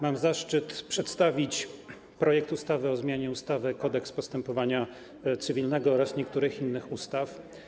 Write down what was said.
Mam zaszczyt przedstawić projekt ustawy o zmianie ustawy - Kodeks postępowania cywilnego oraz niektórych innych ustaw.